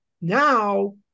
now